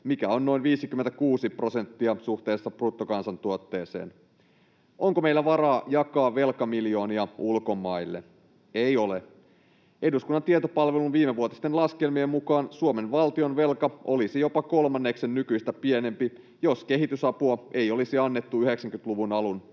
mikä on noin 56 prosenttia suhteessa bruttokansantuotteeseen. Onko meillä varaa jakaa velkamiljoonia ulkomaille? Ei ole. Eduskunnan tietopalvelun viimevuotisten laskelmien mukaan Suomen valtionvelka olisi jopa kolmanneksen nykyistä pienempi, jos kehitysapua ei olisi annettu 90‑luvun alun